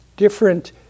different